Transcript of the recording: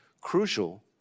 crucial